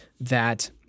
that-